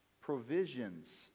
Provisions